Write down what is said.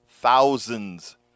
thousands